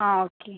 ആ ഓക്കെ